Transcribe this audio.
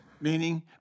meaning